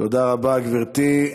תודה רבה, גברתי.